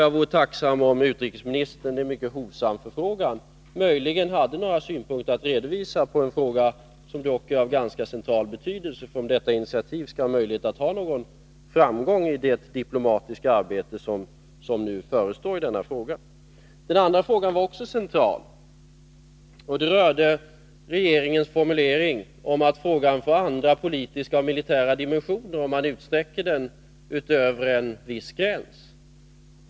Jag vore tacksam — det är en mycket hovsam förfrågan — om utrikesministern kunde redovisa några synpunkter på en fråga som dock är av ganska central betydelse för om det aktuella initiativet skall kunna ha någon framgång i det diplomatiska arbete som förestår på detta område. Den andra frågan är också av central betydelse. Den rörde regeringens formuleringar, att frågan får andra politiska och militära dimensioner om man utsträcker den utöver en viss gräns.